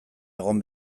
egon